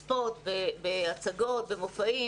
תפאורה,